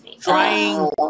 trying